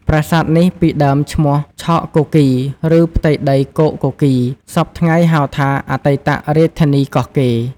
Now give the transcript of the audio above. ប្រាសាទនេះពីដើមឈ្មោះឆកគគីរ ឬផៃ្ទដីគោកគគីរ សព្វថៃ្ងហៅថា អតីត រាជធានីកោះកេរិ៍្ដ ។